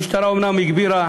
המשטרה אומנם הגבירה